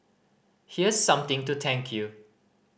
here's something to thank you